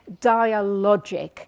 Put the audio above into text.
dialogic